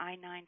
I-9